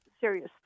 serious